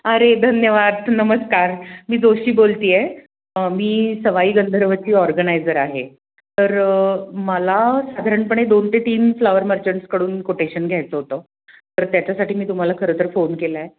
अरे धन्यवाद नमस्कार मी जोशी बोलते आहे मी सवाई गंधर्वची ऑर्गनायझर आहे तर मला साधारणपणे दोन ते तीन फ्लावर मर्जंट्सकडून कोटेशन घ्यायचं होतं तर त्याच्यासाठी मी तुम्हाला खरंतर फोन केला आहे